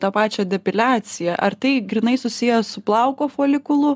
tą pačią depiliaciją ar tai grynai susiję su plauku folikulu